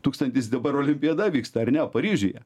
tūkstantis dabar olimpiada vyksta ar ne paryžiuje